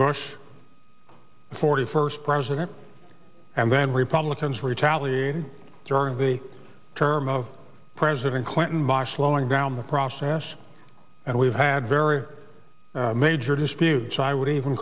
the forty first president and then republicans retaliated during the term of president clinton by slowing down process and we've had very major disputes i would even